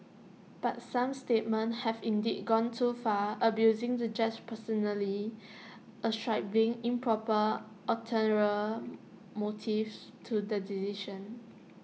but some statements have indeed gone too far abusing the judges personally ascribing improper ulterior motives to the decision